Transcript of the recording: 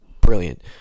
brilliant